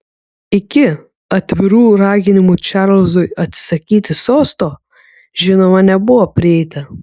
iki atvirų raginimų čarlzui atsisakyti sosto žinoma nebuvo prieita